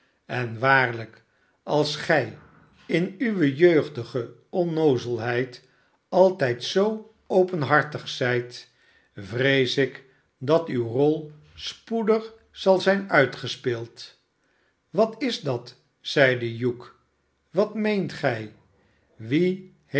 en waarlijk als gij in uwe jeugdige onnoozelheid altijd zoo openhartig zijt vrees ik dat uwe rol spoedig zal zijn uitgespeeld wat is dat zeide hugh wat meent gij